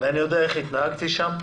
ואני יודע איך התנהגתי שם,